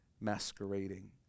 masquerading